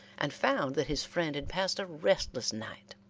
and found that his friend had passed a restless night.